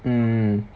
mm